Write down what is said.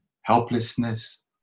helplessness